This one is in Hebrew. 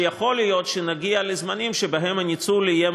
שיכול להיות שנגיע לזמנים שבהם הניצול יהיה